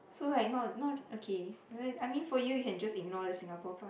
so like not not okay I mean I mean for you you can just ignore the Singapore part